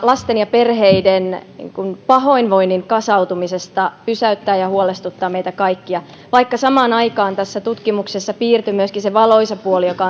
lasten ja perheiden pahoinvoinnin kasautumisesta pysäyttävät ja huolestuttavat meitä kaikkia vaikka samaan aikaan tässä tutkimuksessa piirtyi myöskin se valoisa puoli joka